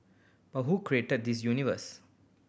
but who created this universe